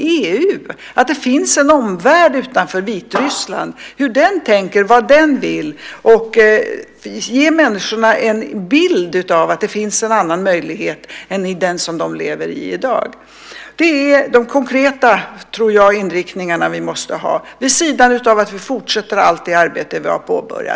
Det gäller att visa att det finns en omvärld utanför Vitryssland, hur den tänker och vad den vill, för att ge människorna en bild av att det finns en annan verklighet än den som de i dag lever i. Jag tror att det är dessa konkreta inriktningar vi måste ha samtidigt som vi fortsätter med allt det arbete som vi påbörjat.